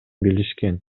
билишкен